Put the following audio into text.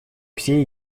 все